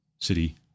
City